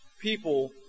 people